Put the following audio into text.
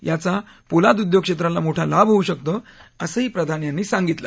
याचा पोलाद उद्योगक्षेत्राला मोठा लाभ होऊ शकतो असं प्रधान यांनी सांगितलं